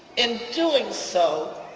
in doing so,